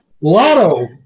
Lotto